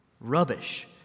Rubbish